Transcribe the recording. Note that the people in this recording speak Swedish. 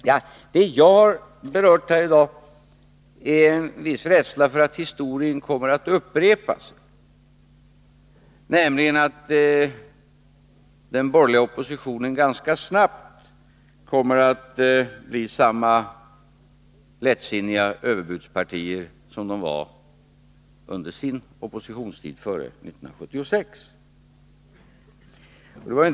Vad jag har uttryckt i dag är en viss rädsla för att historien kommer att upprepas, att den borgerliga oppositionen ganska snabbt kommer att bli samma lättsinniga överbudspartier som de var under sin oppositionstid före 1976.